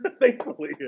Thankfully